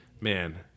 man